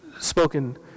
spoken